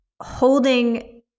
holding